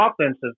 offensive